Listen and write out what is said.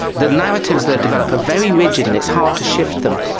the narratives that develop are very rigid and it's hard to shift them.